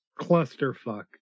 clusterfuck